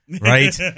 right